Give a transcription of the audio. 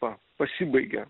va pasibaigė